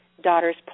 daughter's